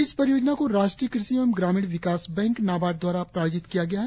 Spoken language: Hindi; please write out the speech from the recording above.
इस इस परियोजना को राष्ट्रीय कृषि एवं ग्रामीण विकास बैंक नाबार्ड द्वारा प्रायोजित किया गया है